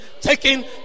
taking